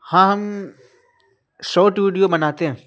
ہاں ہم short video بناتے ہیں